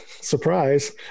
Surprise